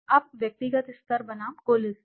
अब व्यक्तिगत स्तर बनाम कुल स्तर